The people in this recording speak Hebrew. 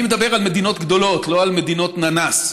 אני מדבר על מדינות גדולות, לא על מדינות ננס,